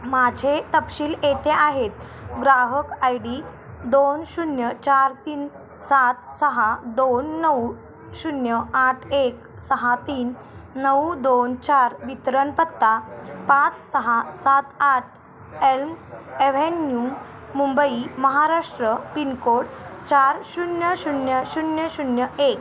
माझे तपशील येथे आहेत ग्राहक आय डी दोन शून्य चार तीन सात सहा दोन नऊ शून्य आठ एक सहा तीन नऊ दोन चार वितरणपत्ता पाच सहा सात आठ elm avenue Mumbai Maharashtra pin code चार शून्य शून्य शून्य शून्य एक